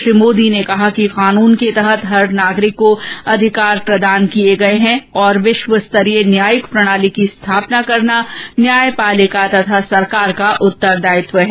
श्री मोदी ने कहा कि कानून के तहत हर नागरिक को अधिकार प्रदान किए गए हैं और विश्व स्तरीय न्यायिक प्रणाली की स्थापना करना न्यायपालिका तथा सरकार का उत्तरदायित्व है